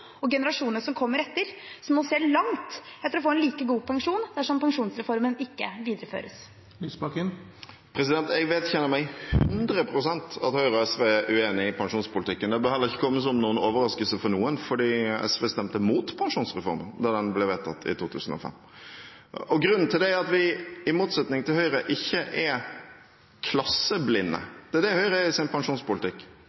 og generasjoner som kommer etter, som må se langt etter å få en like god pensjon dersom pensjonsreformen ikke videreføres? Jeg vedkjenner meg 100 pst. at Høyre og SV er uenige i pensjonspolitikken. Det bør heller ikke komme som noen overraskelse for noen, fordi SV stemte imot pensjonsreformen da den ble vedtatt i 2005. Grunnen til det er at vi i motsetning til Høyre ikke er